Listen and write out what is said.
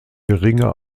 geringer